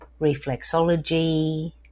reflexology